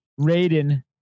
Raiden